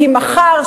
כי מחר,